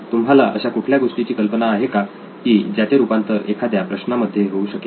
तुम्हाला अशा कुठल्या गोष्टीची कल्पना आहे का की ज्याचे रूपांतर एखाद्या प्रश्नामध्ये होऊ शकेल